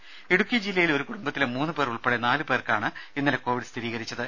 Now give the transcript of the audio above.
ദേദ ഇടുക്കി ജില്ലയിൽ ഒരു കുടുംബത്തിലെ മൂന്ന് പേർ ഉൾപ്പെടെ നാലുപേർക്കാണ് ഇന്നലെ കോവിഡ് സ്ഥിരീകരിച്ചത്